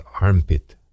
Armpit